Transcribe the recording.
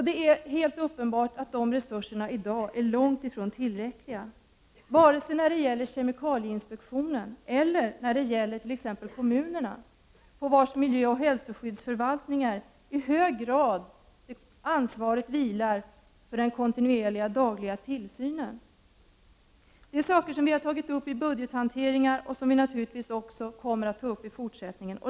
Det är helt uppenbart att dessa resurser i dag är långt ifrån tillräckliga, både när det gäller kemikalieinspektionen och när det gäller t.ex. kommunerna, på vilkas miljöoch hälsoskyddsförvaltningar ansvaret i hög grad vilar för den kontinuerliga och dagliga tillsynen. Detta är frågor som vi har tagit upp vid budgethanteringar, och som vi naturligtvis kommer att ta upp även i fortsättningen.